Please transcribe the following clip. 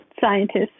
scientists